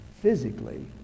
Physically